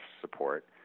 support